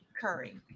curry